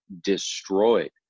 destroyed